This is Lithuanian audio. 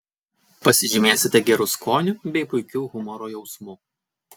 pasižymėsite geru skoniu bei puikiu humoro jausmu